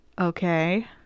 okay